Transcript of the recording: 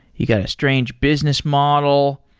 you got a strange business model.